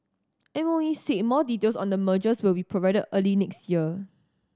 M O E said more details on the mergers will be provided early next year